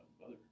mother